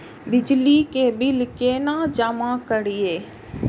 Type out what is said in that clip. बिजली के बिल केना जमा करिए?